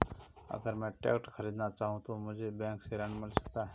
अगर मैं ट्रैक्टर खरीदना चाहूं तो मुझे बैंक से ऋण मिल सकता है?